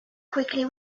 quickly